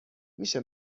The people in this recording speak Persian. میشه